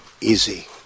easy